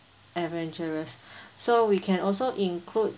adventurous so we can also include